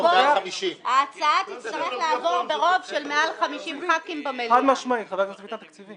שההצעה תצטרך לעבור ברוב של מעל 50 חברי כנסת במליאה.